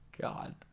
god